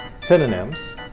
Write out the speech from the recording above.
synonyms